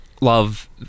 love